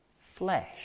flesh